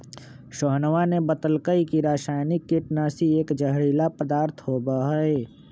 सोहनवा ने बतल कई की रसायनिक कीटनाशी एक जहरीला पदार्थ होबा हई